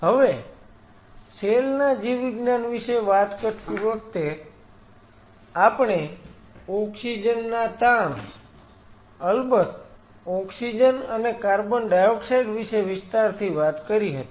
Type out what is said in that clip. હવે સેલ ના જીવવિજ્ઞાન વિશે વાત કરતી વખતે આપણે ઓક્સિજન ના તાણ અલબત ઓક્સિજન અને કાર્બન ડાયોક્સાઈડ વિશે વિસ્તારથી વાત કરી હતી